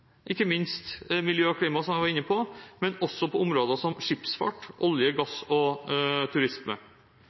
ikke minst miljø og klima, som jeg var inne på, men også på områder som skipsfart, olje, gass og turisme.